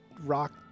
rock